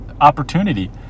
opportunity